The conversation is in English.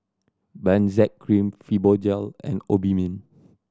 Benzac Cream Fibogel and Obimin